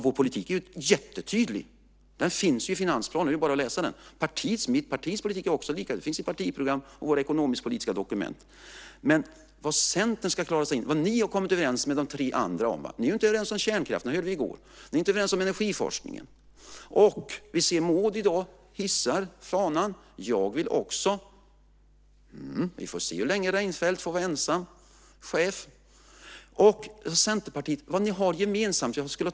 Vår politik är jättetydlig. Den finns i finansplanen. Det är bara att läsa den. Detsamma gäller mitt partis politik. Den finns i partiprogrammet och våra ekonomisk-politiska dokument. Men vad har ni i Centern kommit överens om med de tre andra? Ni är inte överens om kärnkraften, det hörde vi i går. Ni är inte överens om energiforskningen. I dag ser vi att Maud hissar fanan: Jag vill också. Vi får se hur länge Reinfeldt får vara ensam chef. Vad har ni gemensamt?